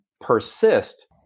persist